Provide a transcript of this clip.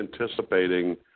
anticipating